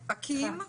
אקי"ם.